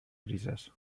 grises